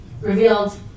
revealed